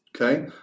Okay